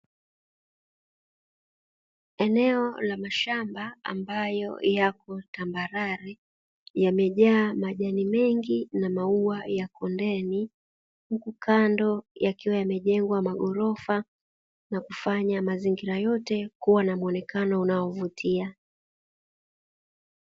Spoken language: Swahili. Eneo la mashamba ambayo yapo tambarare yamejaa majani mengi na maua ya kondeni, huku kando yakiwa yamejengwa maghorofa na kufanya mazingira yote kuwa na muonekano unaovutia.